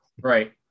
Right